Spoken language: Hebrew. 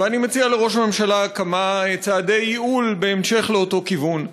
ואני מציע לראש הממשלה כמה צעדי ייעול בהמשך לאותו כיוון: